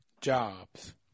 jobs